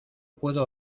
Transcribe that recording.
puedo